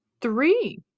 Three